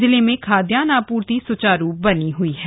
जिले में खाद्यन्न आपूर्ति सुचारू बनी हुई है